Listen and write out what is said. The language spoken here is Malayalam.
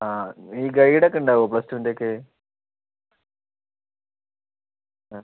ആ ഈ ഗെയിഡൊക്കെ ഉണ്ടാകുമോ പ്ലസ് ടുവിൻ്റെയൊക്കെ ആ